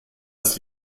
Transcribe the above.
ist